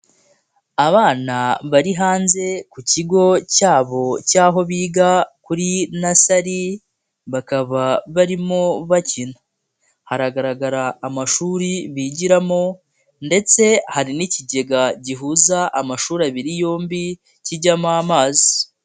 Aana bari hanze ku kigo cyabo cy'aho biga kuri nasali, bakaba barimo bakina, hagaragara amashuri bigiramo ndetse hari n'ikigega gihuza amashuri abiri yombi, kijyamo amazi.